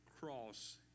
cross